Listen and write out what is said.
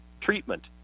treatment